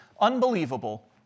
unbelievable